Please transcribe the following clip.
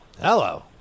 Hello